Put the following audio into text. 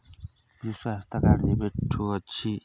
ବିଜୁ ସ୍ୱାସ୍ଥ୍ୟ କାର୍ଡ଼ ଯେବେଠୁ ଅଛି